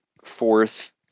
fourth